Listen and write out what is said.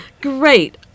great